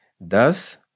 Thus